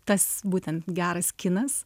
tas būtent geras kinas